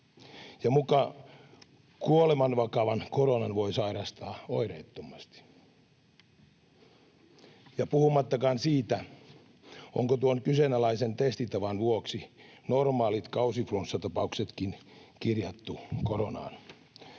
ja muka kuolemanvakavan koronan voi sairastaa oireettomasti — puhumattakaan siitä, onko tuon kyseenalaisen testitavan vuoksi normaalit kausiflunssatapauksetkin kirjattu koronaan.